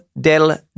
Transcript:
del